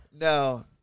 No